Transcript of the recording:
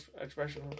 expression